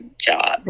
job